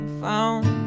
found